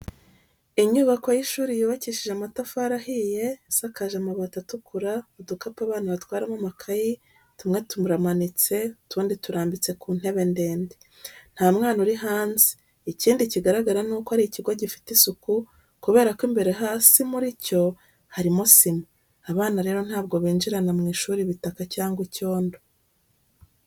Inyubako y'ishuri yubakishije amatafari ahiye, isakaje amabati atukura, udukapu abana batwaramo amakayi tumwe turamanitse utundi turambitse ku ntebe ndende. Nta mwana uri hanze, ikindi kigaragara ni uko ari ikigo gifite isuku kubera ko imbere hasi muri cyo, harimo sima. Abana rero ntabwo binjirana mu ishuri ibitaka cyangwa icyondo.